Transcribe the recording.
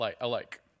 alike